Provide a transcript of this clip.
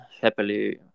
happily